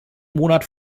monat